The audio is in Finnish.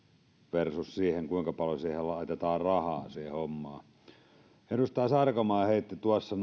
versus se kuinka paljon laitetaan rahaa siihen hommaan edustaja sarkomaa heitti tuossa